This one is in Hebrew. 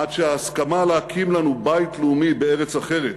עד שההסכמה להקים לנו בית לאומי בארץ אחרת